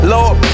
Lord